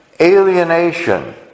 alienation